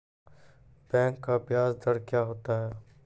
Bank का ब्याज दर क्या होता हैं?